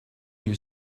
you